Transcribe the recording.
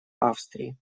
австрии